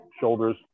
shoulders